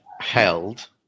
held